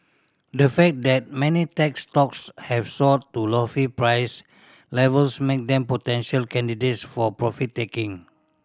the fact that many tech stocks have soared to lofty price levels make them potential candidates for profit taking